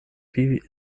wie